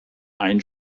ein